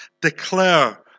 declare